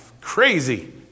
Crazy